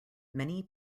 many